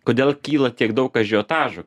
kodėl kyla tiek daug ažiotažo